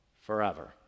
forever